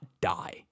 die